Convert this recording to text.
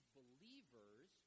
believers